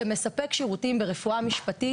לפשיעה ולרציחות שיש בחברה הערבית.